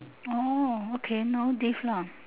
oh okay no diff lah